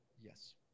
Yes